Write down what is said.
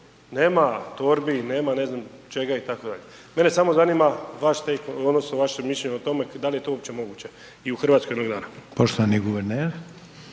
Nema torbi, nema ne znam čega itd. Mene samo zanima vaš …/nerazumljivo/… odnosno vaše mišljenje o tome da li je to uopće moguće i u Hrvatskoj jednog dana?